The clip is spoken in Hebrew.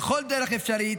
בכל דרך אפשרית,